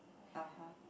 (uh huh)